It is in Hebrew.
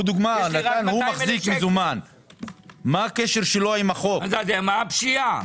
מה הפשיעה?